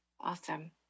Awesome